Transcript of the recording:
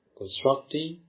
constructing